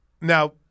Now